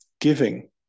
Giving